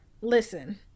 Listen